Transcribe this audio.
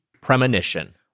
Premonition